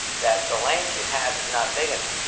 that the land you have is not big enough.